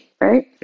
right